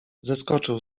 zeskoczył